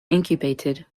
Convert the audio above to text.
incubated